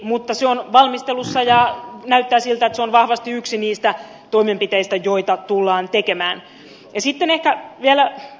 mutta se on valmistelussa ja näyttää siltä että se on vahvasti yksi niistä toimenpiteistä joita tullaan tekemään ja siten että vielä ole